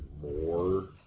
more